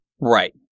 Right